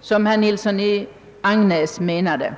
såsom herr Nilsson i Agnäs menade.